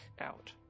out